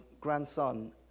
grandson